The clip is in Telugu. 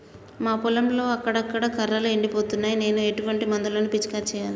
మా పొలంలో అక్కడక్కడ కర్రలు ఎండిపోతున్నాయి నేను ఎటువంటి మందులను పిచికారీ చెయ్యాలే?